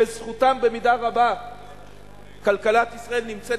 בזכותם במידה רבה כלכלת ישראל נמצאת